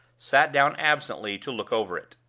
sat down absently to look over it.